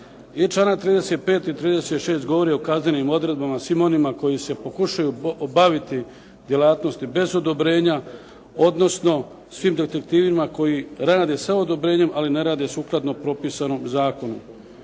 I članak 35. i 36. govori o kaznenim odredbama svim onima koji se pokušaju baviti djelatnosti bez odobrenja odnosno svim detektivima koji rade sa odobrenjem, ali ne rade sukladno propisano u zakonu.